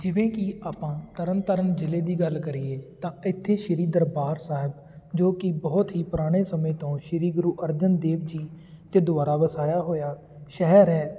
ਜਿਵੇਂ ਕਿ ਆਪਾਂ ਤਰਨਤਾਰਨ ਜ਼ਿਲ੍ਹੇ ਦੀ ਗੱਲ ਕਰੀਏ ਤਾਂ ਇੱਥੇ ਸ਼੍ਰੀ ਦਰਬਾਰ ਸਾਹਿਬ ਜੋ ਕਿ ਬਹੁਤ ਹੀ ਪੁਰਾਣੇ ਸਮੇਂ ਤੋਂ ਸ਼੍ਰੀ ਗੁਰੂ ਅਰਜਨ ਦੇਵ ਜੀ ਦੇ ਦੁਆਰਾ ਵਸਾਇਆ ਹੋਇਆ ਸ਼ਹਿਰ ਹੈ